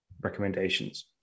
recommendations